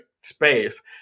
space